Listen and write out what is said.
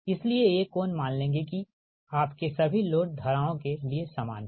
इसलिए ये कोण मान लेंगे कि आपके सभी लोड धाराओं के लिए सामान हैं